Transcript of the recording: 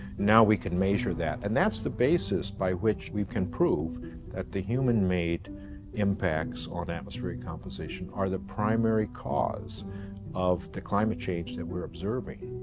now we can measure that and that's the basis by which we can prove that the human made impacts on atmospheric composition are the primary cause of the climate change that we're observing.